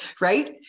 Right